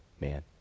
man